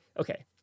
okay